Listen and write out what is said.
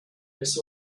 this